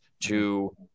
to-